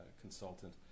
consultant